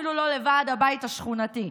אפילו לא לוועד הבית השכונתי.